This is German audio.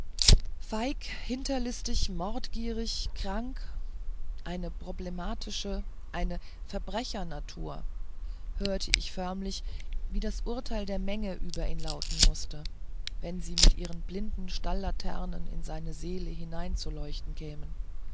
feig hinterlistig mordgierig krank eine problematische eine verbrechernatur ich hörte förmlich wie das urteil der menge über ihn lauten mußte wenn sie mit ihren blinden stallaternen in seine seele hineinzuleuchten käme